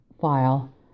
file